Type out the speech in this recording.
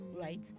Right